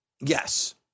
Yes